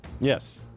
Yes